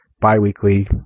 bi-weekly